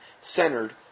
centered